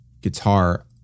guitar